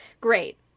great